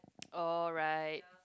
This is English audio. oh right